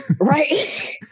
Right